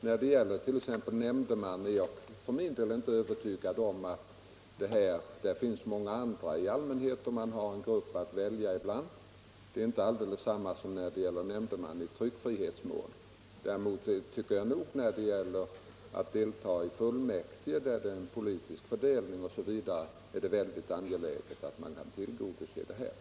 När det gäller t.ex. vanliga nämndemän är jag för min del inte övertygad om att ledighet skall beviljas. Det finns i allmänhet många andra som kan utföra uppdraget, och man har en grupp att välja bland. Det är inte detsamma som när det gäller nämndeman i tryckfrihetsmål. Däremot tycker jag nog att det när det gäller att delta i fullmäktige, där det är en politisk fördelning av mandaten, är angeläget att tillgodose önskemålet om ledighet.